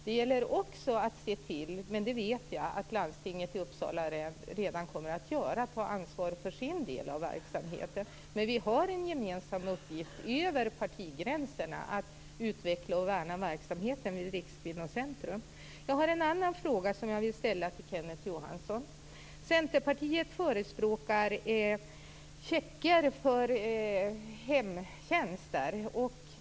Det gäller också att se till att landstingen tar ansvar för sin del av verksamheten, och det vet jag redan nu att landstinget i Uppsala kommer att göra. Men vi har en gemensam uppgift över partigränserna att utveckla och värna verksamheten vid Rikskvinnocentrum. Jag har en annan fråga som jag vill ställa till Kenneth Johansson. Centerpartiet förespråkar checkar för hemtjänster.